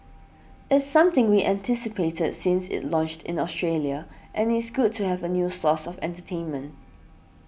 it's something we anticipated since it launched in Australia and it's good to have a new source of entertainment